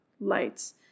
lights